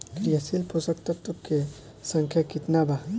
क्रियाशील पोषक तत्व के संख्या कितना बा?